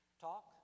talk